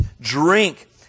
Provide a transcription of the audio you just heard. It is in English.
drink